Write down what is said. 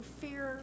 fear